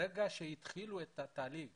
ברגע שהתחילו את התהליך